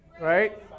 Right